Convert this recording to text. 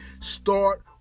start